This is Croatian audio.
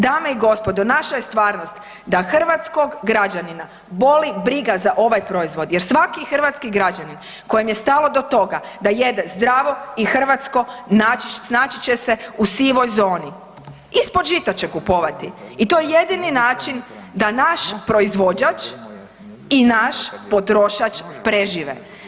Dame i gospodo, naša je stvarnost da hrvatskog građanina boli briga za ovaj proizvod, jer svaki hrvatski građanin kojem je stalo do toga da jede zdravo i hrvatsko, naći, snaći će se u sivoj zoni, ispod žita će kupovati i to je jedini način da naš proizvođač i naš potrošač prežive.